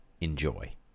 Enjoy